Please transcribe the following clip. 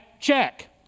Check